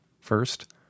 First